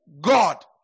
God